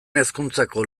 hezkuntzako